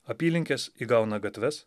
apylinkės įgauna gatves